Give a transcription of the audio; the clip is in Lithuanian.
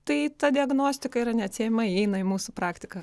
tai ta diagnostika yra neatsiejama įeina į mūsų praktiką